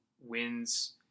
wins